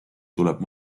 tuleb